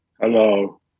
Hello